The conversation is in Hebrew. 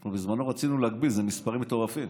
אנחנו בזמנו רצינו להגביל, אלה מספרים מטורפים,